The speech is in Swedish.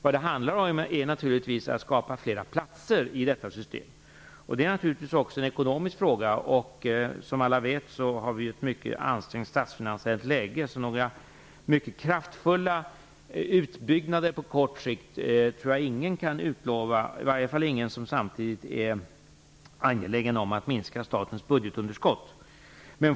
Men det handlar naturligtvis om att skapa fler platser i detta system, vilket också är en ekonomisk fråga. Och som alla vet har vi ett mycket ansträngt statsfinansiellt läge. Några kraftfulla utbyggnader på kort sikt tror jag ingen kan utlova, i varje fall ingen som samtidigt är angelägen om att minska statens budgetunderskott.